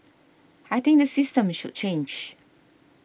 I think the system should change